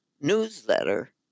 newsletter